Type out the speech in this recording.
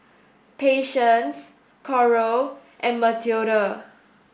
Patience Coral and Matilda